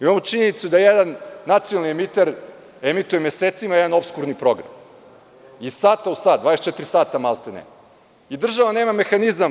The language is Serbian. Imao činjenicu da jedan nacionalni emiter emituje mesecima jedan opskurni program, iz sata u sat, 24 sata maltene i država nema mehanizam.